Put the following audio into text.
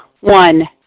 One